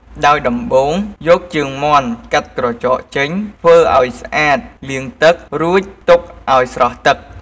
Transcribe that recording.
ដោយដំបូង យកជើងមាន់កាត់ក្រចកចេញធ្វើឱ្យស្អាតលាងទឹក រួចទុកឱ្យស្រស់ទឹក។